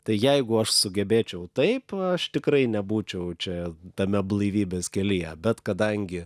tai jeigu aš sugebėčiau taip aš tikrai nebūčiau čia tame blaivybės kelyje bet kadangi